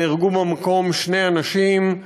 נהרגו במקום שני אנשים,